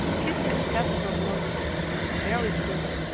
kit and kat felt lonesome, and very queer,